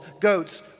goats